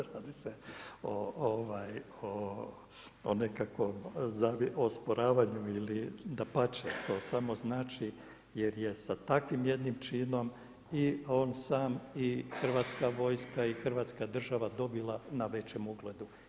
Ne radi se nekakvom osporavanju ili, dapače to samo znači jer je sa takvim jednim činom i on sam i Hrvatska vojska, i Hrvatska država dobila na većem ugledu.